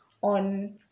on